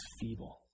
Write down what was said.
feeble